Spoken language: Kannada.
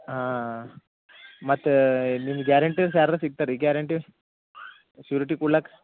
ಹಾಂ ಮತ್ತು ನಿಮ್ಗ ಗ್ಯಾರಂಟೀಸ್ ಯಾರದರು ಸಿಗ್ತರ್ರಿ ಗ್ಯಾರಂಟಿ ಶ್ಯೂರಿಟಿ ಕೊಡ್ಲಾಕ್